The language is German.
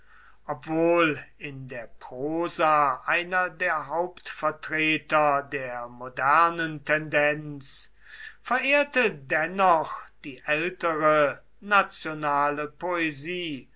obwohl in der prosa einer der hauptvertreter der modernen tendenz verehrte dennoch die ältere nationale poesie